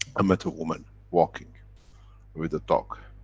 a but woman walking with a dog.